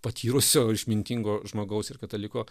patyrusio išmintingo žmogaus ir kataliko